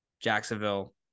Jacksonville